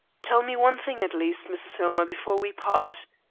tell me one thing at least, mrs. hillmer, before we part.